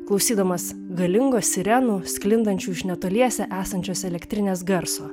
klausydamas galingo sirenų sklindančių iš netoliese esančios elektrinės garso